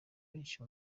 benshi